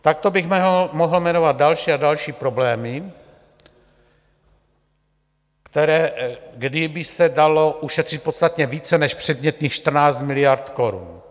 Takto bych mohl jmenovat další a další problémy, kde by se dalo ušetřit podstatně více než předmětných 14 miliard korun.